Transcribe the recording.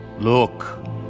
Look